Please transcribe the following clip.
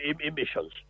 emissions